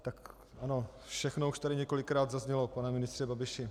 Tak ano, všechno už tady několikrát zaznělo, pane ministře Babiši.